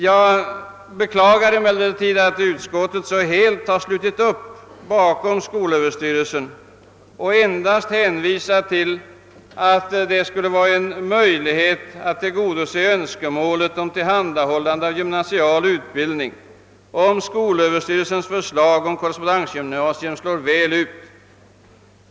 Jag beklagar att utskottet så helt har slutit upp bakom Sö och endast hänvisar till möjligheten att få gymnasial utbildning, om Sö:s förslag om korrespondensgymnasier slår väl ut.